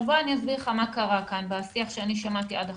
אסביר מה קרה כאן בשיח שאני שמעתי עד עכשיו: